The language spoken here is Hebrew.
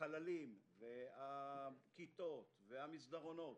החללים, הכיתות והמסדרונות